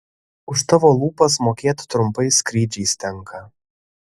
už tavo lūpas mokėt trumpais skrydžiais tenka